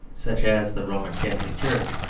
such as the roman catholic church,